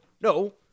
no